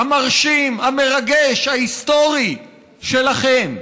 המרשים, המרגש וההיסטורי שלכם.